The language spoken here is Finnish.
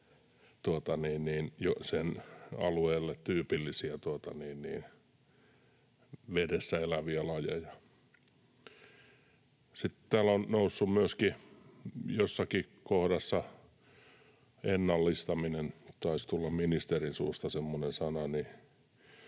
sille alueelle tyypillisiä vedessä eläviä lajeja. Sitten täällä on noussut jossakin kohdassa myöskin ennallistaminen. Taisi tulla ministerin suusta semmoinen sana.